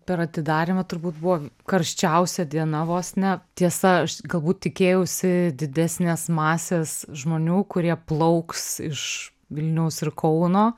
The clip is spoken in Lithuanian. per atidarymą turbūt buvo karščiausia diena vos ne tiesa aš galbūt tikėjausi didesnės masės žmonių kurie plauks iš vilniaus ir kauno